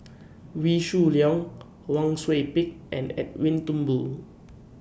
Wee Shoo Leong Wang Sui Pick and Edwin Thumboo